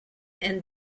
and